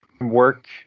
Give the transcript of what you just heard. work